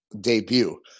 debut